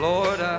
Lord